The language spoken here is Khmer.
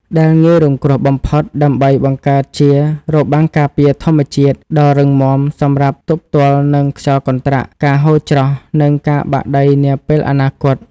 ដែលងាយរងគ្រោះបំផុត ដើម្បីបង្កើតជា របាំងការពារធម្មជាតិ ដ៏រឹងមាំសម្រាប់ទប់ទល់នឹងខ្យល់កន្ត្រាក់ ការហូរច្រោះ និងការបាក់ដីនាពេលអនាគត។